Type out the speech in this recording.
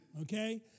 okay